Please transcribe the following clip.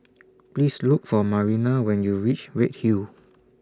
Please Look For Marina when YOU REACH Redhill